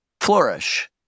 flourish